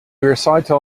recital